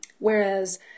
Whereas